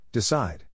Decide